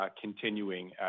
continuing